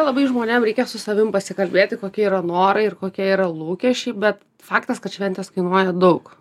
labai žmonėms reikia su savimi pasikalbėti kokie yra norai ir kokie yra lūkesčiai bet faktas kad šventės kainuoja daug